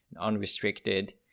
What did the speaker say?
unrestricted